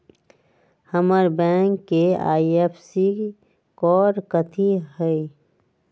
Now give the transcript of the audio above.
हमर बैंक के IFSC code कथि हई?